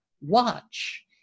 watch